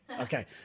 okay